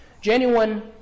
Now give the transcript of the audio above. Genuine